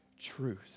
truth